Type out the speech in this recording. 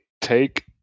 take